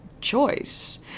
choice